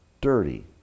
dirty